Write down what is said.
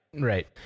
right